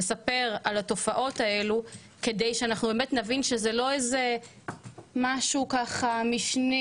לספר על התופעות האלה כדי שנבין שזה לא משהו משני,